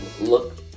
look